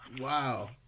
Wow